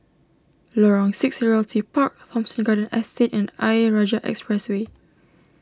Lorong six Realty Park Thomson Garden Estate and Ayer Rajah Expressway